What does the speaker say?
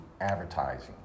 advertising